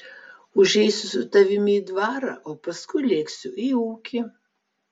užeisiu su tavimi į dvarą o paskui lėksiu į ūkį